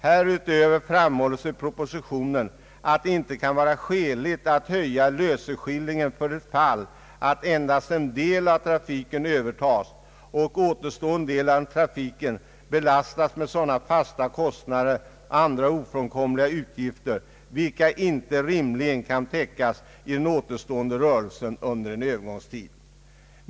Härutöver framhålles i propositionen att det inte kan vara skäligt att höja löseskillingen för det fall att endast en del av trafiken övertas och återstående delen av trafiken belastas med sådana fasta kostnader och andra ofrånkomliga utgifter vilka inte rimligen kan täckas i den återstående rörelsen under en övergångstid.